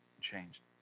changed